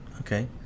okay